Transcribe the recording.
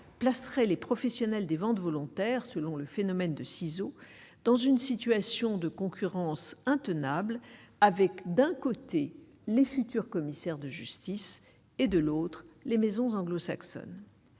placerait les professionnels des ventes volontaires selon le phénomène de ciseau dans une situation de concurrence intenable avec d'un côté, les 6 turcs commissaire de justice et de l'autre les maisons anglo-saxonnes,